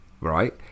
right